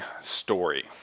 story